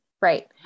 Right